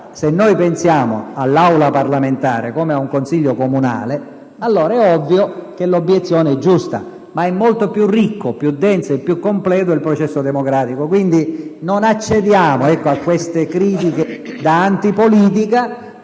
Se noi pensiamo all'Aula parlamentare come ad un Consiglio comunale, è ovvio allora che l'obiezione è giusta. Ma è molto più ricco, più denso e più completo il processo democratico. Quindi, non accediamo a queste critiche da antipolitica;